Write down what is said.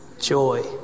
joy